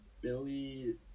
Billy